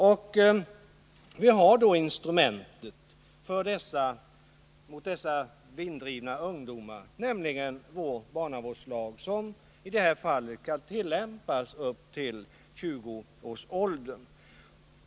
Vi har ett instrument mot dessa vinddrivna ungdomar, nämligen barnavårdslagen, som i de här fallen kan tillämpas på ungdomar upp till 20 års ålder.